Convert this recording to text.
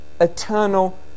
eternal